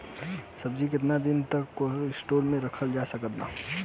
सब्जी केतना दिन तक कोल्ड स्टोर मे रखल जा सकत बा?